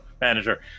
manager